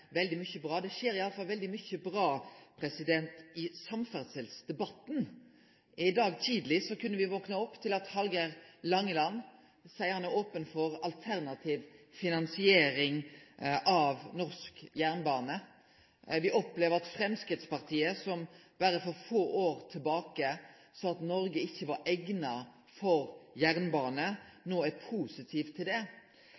veldig mykje bra. Det skjer i alle fall veldig mykje bra i samferdselsdebatten. I dag tidleg vakna me opp til at Hallgeir H. Langeland sa at han er open for alternativ finansiering av norsk jernbane. Me opplever at Framstegspartiet, som berre for få år tilbake sa at Noreg ikkje var eigna